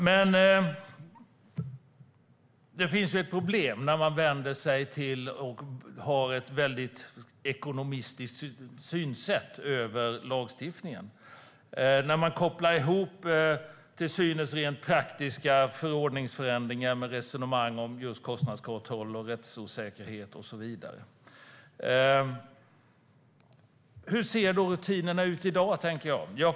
Men det finns ett problem när man har ett mycket ekonomistiskt sätt att se på lagstiftningen, när man kopplar ihop till synes rent praktiska förordningsförändringar med resonemang om just kostnadskontroll, rättsosäkerhet och så vidare. Hur ser då rutinerna ut i dag?